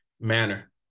manner